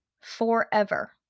Forever